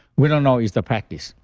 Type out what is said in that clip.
we don't know, it's the practice.